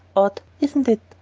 odd, isn't it,